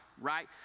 right